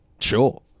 Sure